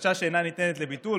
חופשה שאינה ניתנת לביטול,